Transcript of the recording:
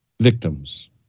victims